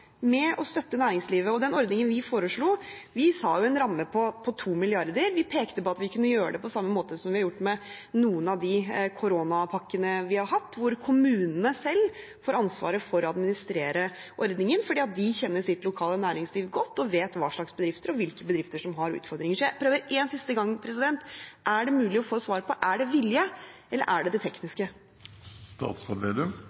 med å støtte næringslivet? Den ordningen vi foreslo, tilsa en ramme på 2 mrd. kr; vi pekte på at vi kan gjøre det på samme måte som vi har gjort med noen av de koronapakkene vi har hatt, hvor kommunene selv får ansvaret for å administrere ordningen fordi de kjenner sitt lokale næringsliv godt og vet hva slags bedrifter og hvilke bedrifter som har utfordringer. Jeg prøver en siste gang – er det mulig å få et svar på: Er det vilje, eller er det det